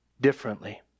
differently